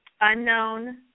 unknown